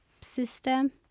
system